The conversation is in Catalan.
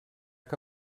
que